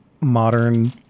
modern